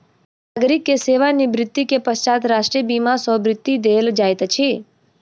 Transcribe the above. नागरिक के सेवा निवृत्ति के पश्चात राष्ट्रीय बीमा सॅ वृत्ति देल जाइत अछि